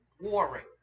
warring